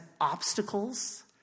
obstacles